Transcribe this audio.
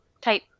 type